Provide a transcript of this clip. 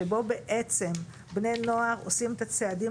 שבו בעצם בני נוער עושים את הצעדים